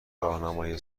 راهنمای